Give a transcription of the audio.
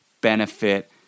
benefit